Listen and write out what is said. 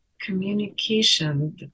communication